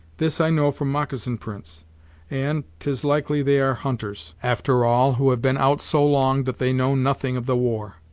this i know from moccasin prints and t is likely they are hunters, after all, who have been out so long that they know nothing of the war,